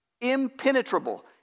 impenetrable